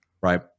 right